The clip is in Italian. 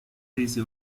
rese